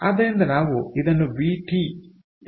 ಆದ್ದರಿಂದ ನಾವು ಇದನ್ನು ವಿಟಿ ಎಂದು ಸಹ ಬರೆಯುತ್ತೇವೆ